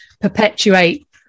perpetuate